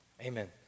Amen